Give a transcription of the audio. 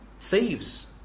thieves